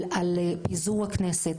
על פיזור הכנסת.